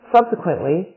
Subsequently